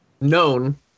known